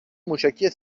موشکی